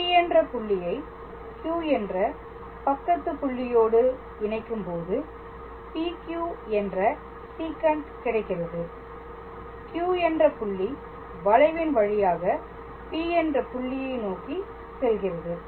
P என்ற புள்ளியை Q என்ற பக்கத்து புள்ளியோடு இனைக்கும் போது PQ என்ற சீகண்ட் கிடைக்கிறது Q என்ற புள்ளி வளைவின் வழியாக P என்ற புள்ளியை நோக்கி செல்கிறது